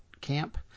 camp